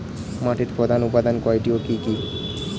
মাটির প্রধান উপাদান কয়টি ও কি কি?